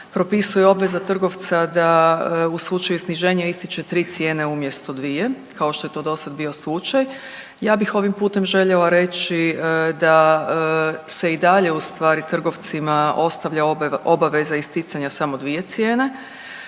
propisuje obveza trgovca da u slučaju sniženja ističe 3 cijene odnosno 2, kao što je to dosad bio slučaj. Ja bih ovim putem željela reći da se i dalje ustvari trgovcima ostavlja obaveza isticanja samo dvije cijene.